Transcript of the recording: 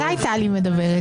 מתי טלי מדברת?